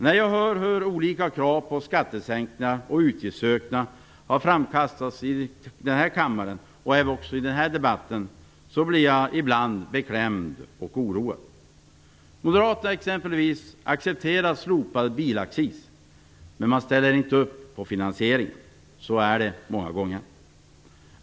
När jag hör hur olika krav på skattesänkningar och utgiftsökningar har framkastats i denna kammare och även under denna debatt blir jag både beklämd och oroad. Moderaterna accepterar slopad bilaccis, men man ställer inte upp på finansieringen. Så har det varit många gånger.